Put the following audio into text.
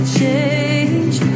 change